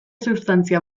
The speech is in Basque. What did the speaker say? substantzia